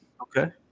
Okay